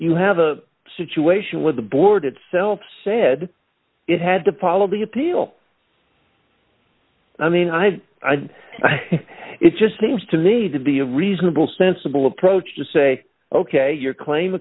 you have a situation with the board itself said it had to follow the appeal i mean i it just seems to me to be a reasonable sensible approach to say ok your claim